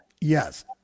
yes